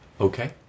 Okay